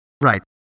Right